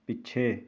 ਪਿੱਛੇ